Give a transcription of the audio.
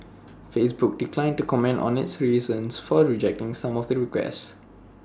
Facebook declined to comment on its reasons for rejecting some of the requests